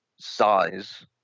size